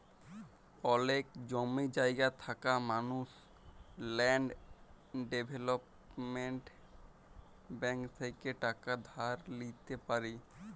অলেক জমি জায়গা থাকা মালুস ল্যাল্ড ডেভেলপ্মেল্ট ব্যাংক থ্যাইকে টাকা ধার লিইতে পারি